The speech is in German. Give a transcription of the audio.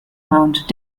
mount